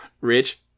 Rich